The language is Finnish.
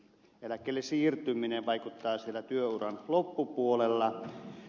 eläkkeelle siirtyminen vaikuttaa siellä työuran loppupuolella